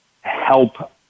help